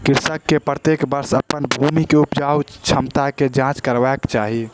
कृषक के प्रत्येक वर्ष अपन भूमि के उपजाऊ क्षमता के जांच करेबाक चाही